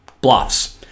bluffs